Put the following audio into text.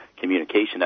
communication